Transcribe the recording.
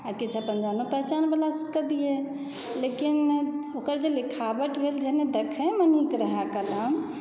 आ किछु अपन जानो पहचान वाला सभकेँ दिए लेकिन ओकर जे लिखावट भेल जेहन देखयमऽ नीक रहय कलम